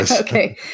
okay